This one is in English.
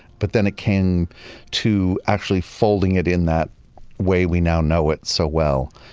but then it came to actually folding it in that way we now know it so well,